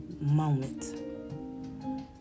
moment